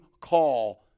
call